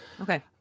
Okay